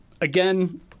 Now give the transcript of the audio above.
Again